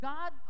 God